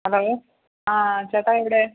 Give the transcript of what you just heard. hello ആ ചേട്ടാ എവിടെ